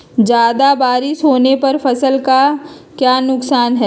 ज्यादा बारिस होने पर फसल का क्या नुकसान है?